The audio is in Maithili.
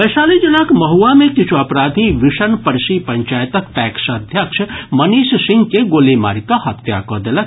वैशाली जिलाक महुआ मे किछु अपराधी विशन परसी पंचायतक पैक्स अध्यक्ष मनीष सिंह के गोली मारि कऽ हत्या कऽ देलक